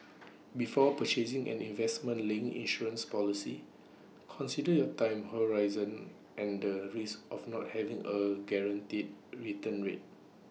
before purchasing an investment linked insurance policy consider your time horizon and the risks of not having A guaranteed return rate